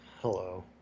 hello